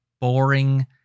boring